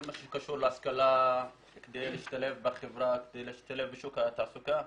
מה שקשור בהשכלה כדי להשתלב בחברה וכדי להשתלב בשוק התעסוקה,